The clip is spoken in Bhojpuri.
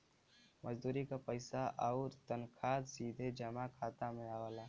मजदूरी क पइसा आउर तनखा सीधे जमा खाता में आवला